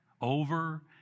over